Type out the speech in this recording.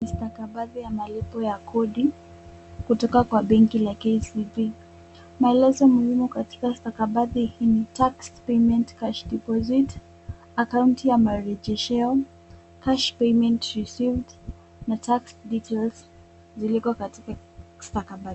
Stakabadhi ya malipo ya kodi kutoka kwa benki la KCB. Maelezo muhimu katika stakabadhi hii ni tax payment cash deposit , akaunti ya marejesheo, cash payment received na tax details ziliko katika stakabadhi.